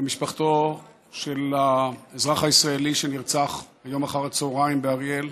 למשפחתו של האזרח הישראלי שנרצח היום אחר הצוהריים באריאל.